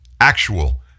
actual